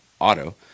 auto